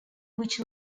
which